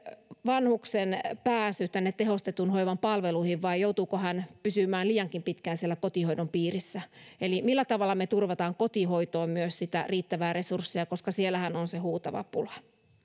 vanhuksen pääsy tehostetun hoivan palveluihin vai joutuuko hän pysymään liiankin pitkään siellä kotihoidon piirissä eli millä tavalla me turvaamme kotihoitoon myös sitä riittävää resurssia koska siellähän on se huutava pula